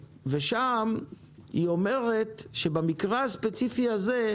אתם צריכים לעשות הרבה שיעורי בית עד הדיון הבא: